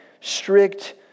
strict